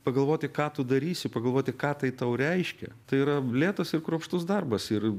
pagalvoti ką tu darysi pagalvoti ką tai tau reiškia tai yra lėtas ir kruopštus darbas ir